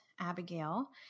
Abigail